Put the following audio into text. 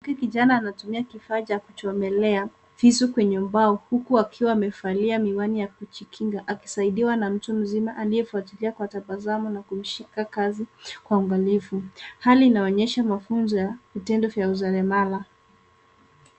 Kijana anaonekana akitumia kifaa cha kuchomelea visu kwenye mbao huku akiwa amevalia miwani ya kujikinga akisaidiwa na mtu mzima aliyefuatilia kwa tabasamu na kumshika kasi kwa uangalifu. Hali inaonyesha mafunzo ya vitendo ya useremala .